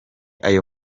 ayo